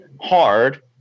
hard